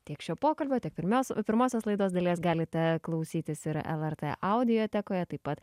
tiek šio pokalbio tiek pirmios pirmosios laidos dalies galite klausytis ir lrt audiotekoje taip pat